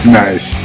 nice